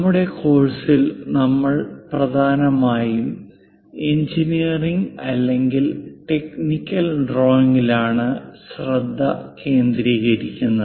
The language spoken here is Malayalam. നമ്മുടെ കോഴ്സിൽ നമ്മൾ പ്രധാനമായും എഞ്ചിനീയറിംഗ് അല്ലെങ്കിൽ ടെക്നിക്കൽ ഡ്രോയിംഗിലാണ് ശ്രദ്ധ കേന്ദ്രീകരിക്കുന്നത്